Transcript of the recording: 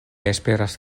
esperas